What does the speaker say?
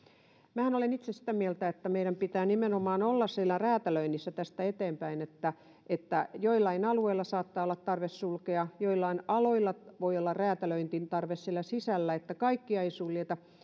minähän olen itse sitä mieltä että meidän pitää nimenomaan olla siellä räätälöinnissä tästä eteenpäin että että joillain alueilla saattaa olla tarve sulkea joillain aloilla voi olla räätälöinnin tarve siellä sisällä että kaikkia ei suljeta